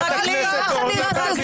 חברת הכנסת אורנה ברביבאי.